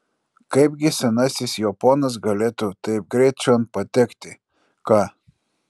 kaipgi senasis jo ponas galėtų taip greit čion patekti ką